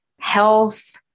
health